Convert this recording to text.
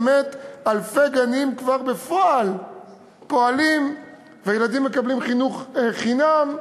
אלפי גנים כבר פועלים בפועל והילדים מקבלים חינוך חינם,